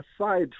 aside